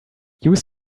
use